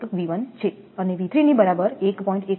1𝑉1 છે અને 𝑉3 ની બરાબર 1